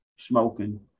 Smoking